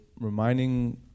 reminding